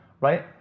right